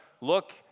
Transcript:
Look